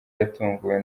yatunguwe